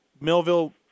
Millville